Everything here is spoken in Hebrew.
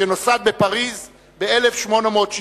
שנוסד בפריס ב-1860,